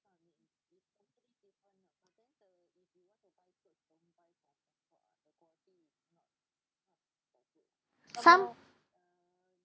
some